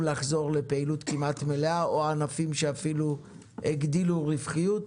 לחזור לפעילות מלאה כמעט או ענפים שאפילו הגדילו רווחיות.